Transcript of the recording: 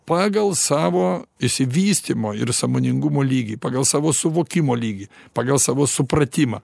pagal savo išsivystymo ir sąmoningumo lygį pagal savo suvokimo lygį pagal savo supratimą